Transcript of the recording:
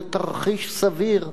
זה תרחיש סביר.